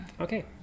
Okay